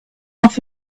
off